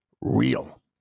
real